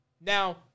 Now